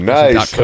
nice